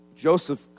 Joseph